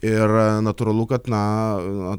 ir natūralu kad na